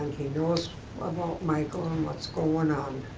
he knows about michael and what's going on.